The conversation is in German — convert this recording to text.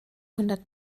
hundert